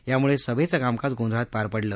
यामुळे सभेचं कामकाज गोंधळात पार पडले